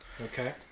Okay